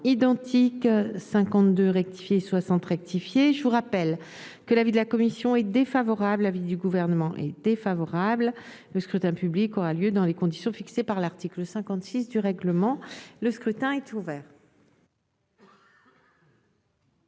identiques 52 rectifié 60 rectifié, je vous rappelle que l'avis de la commission est défavorable, l'avis du Gouvernement est défavorable, le scrutin public aura lieu dans les conditions fixées par l'article 56 du règlement, le scrutin est ouvert.